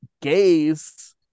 gays